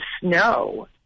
snow